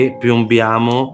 piombiamo